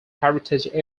heritage